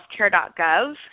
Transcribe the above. healthcare.gov